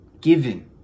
given